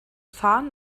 fahren